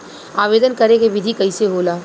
आवेदन करे के विधि कइसे होला?